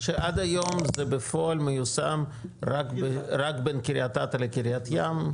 שעד היום בפועל זה מיושם רק בין קרית אתא לקרית ים,